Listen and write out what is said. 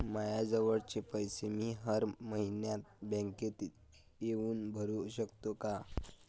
मायाजवळचे पैसे मी हर मइन्यात बँकेत येऊन भरू सकतो का?